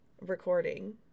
recording